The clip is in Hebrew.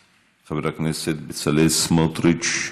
חבר הכנסת בצלאל סמוטריץ.